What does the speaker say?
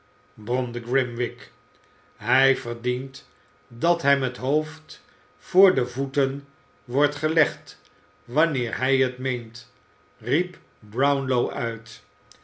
grimwig hij verdient dat hem het hoofd voor de voeten werd gelegd wanneer hij het meent riep brownlow uit